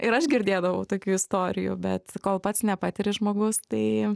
ir aš girdėdavau tokių istorijų bet kol pats nepatiri žmogus tai